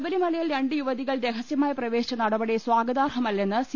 ശബരിമലയിൽ രണ്ട് യുവതികൾ രഹസ്യമായി പ്രവേശിച്ച നടപടി സ്ഥാഗ താർഹമല്ലെന്ന് സി